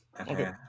Okay